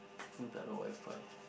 here Wi-Fi